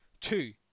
Two